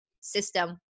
system